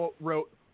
wrote